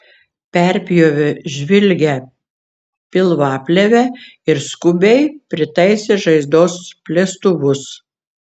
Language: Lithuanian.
perpjovė žvilgią pilvaplėvę ir skubiai pritaisė žaizdos plėstuvus